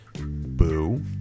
boo